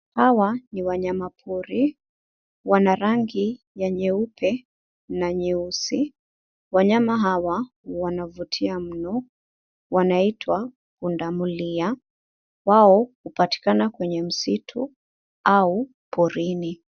Hawa ni wanyama pori wana rangi ya nyeupe na nyeusi. Wanyama hawa wanavutia mno; wanaitwa pundamilia. Wao hupatikana kwenye msitu au porini.